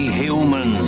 human